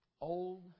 Old